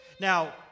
now